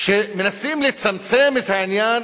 שמנסים לצמצם את העניין